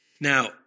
now